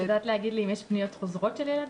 את יודעת להגיד לי אם יש פניות חוזרות של ילדים?